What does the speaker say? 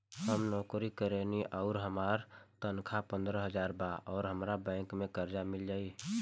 हम नौकरी करेनी आउर हमार तनख़ाह पंद्रह हज़ार बा और हमरा बैंक से कर्जा मिल जायी?